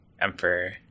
emperor